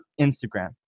Instagram